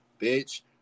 bitch